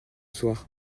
soir